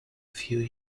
few